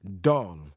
doll